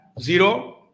Zero